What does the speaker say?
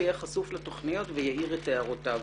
יהיה חשוף לתוכניות ויעיר את הערותיו.